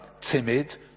timid